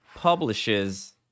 publishes